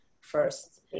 first